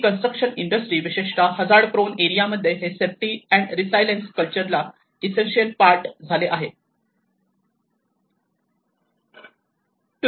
construction industry विशेषतः hazard prone area मध्ये हे सेफ्टी अँड रीसायलेन्स कल्चरचा इसेन्शियल पार्ट झाले आहे